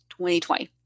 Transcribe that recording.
2020